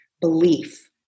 belief